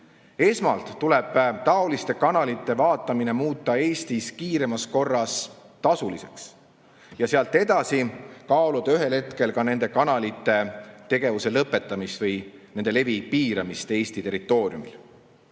Esmalt tuleb taoliste kanalite vaatamine muuta Eestis kiiremas korras tasuliseks ja sealt edasi kaaluda ühel hetkel ka nende kanalite tegevuse lõpetamist või nende levi piiramist Eesti territooriumil.